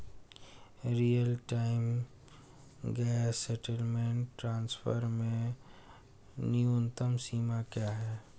Real time gross settlement transfer में न्यूनतम सीमा क्या है?